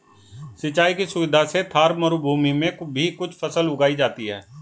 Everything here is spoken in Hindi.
सिंचाई की सुविधा से थार मरूभूमि में भी कुछ फसल उगाई जाती हैं